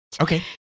Okay